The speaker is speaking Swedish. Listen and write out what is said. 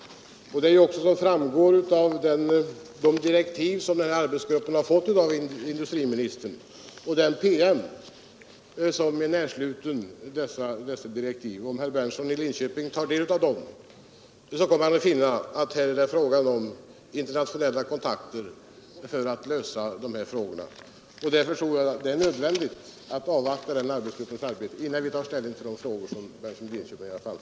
Om herr Berndtson tar del av de direktiv som denna arbetsgrupp fått av industriministern och av den PM som är närsluten direktiven, kommer han att finna att det här är fråga om internationella kontakter för att lösa dessa problem. Därför tror jag att det är nödvändigt att avvakta arbetsgruppens resultat innan vi tar ställning till de frågor som herr Berndtson i Linköping tagit upp.